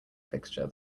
fixture